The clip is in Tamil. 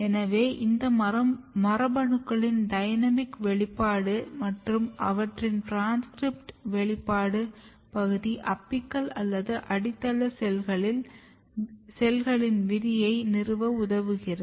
எனவே இந்த மரபணுக்களின் டைனமிக் வெளிப்பாடு மற்றும் அவற்றின் டிரான்ஸ்கிரிப்ட் வெளிப்பாடு பகுதி அபிக்கல் அல்லது அடித்தள செல்களின் விதியை நிறுவ உதவுகிறது